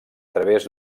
través